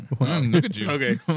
Okay